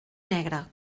negre